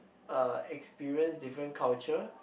uh experience different culture